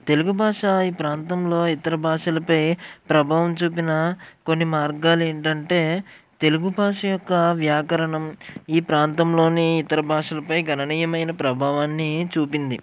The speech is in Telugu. తెలుగు భాష ఈ ప్రాంతంలో ఇతర భాషలపై ప్రభావం చూపిన కొన్ని మార్గాలేంటంటే తెలుగు భాష యొక్క వ్యాకరణం ఈ ప్రాంతంలోని ఇతర భాషలపై గణనీయమైన ప్రభావాన్ని చూపింది